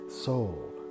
soul